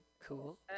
Cool